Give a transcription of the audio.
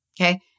Okay